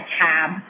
tab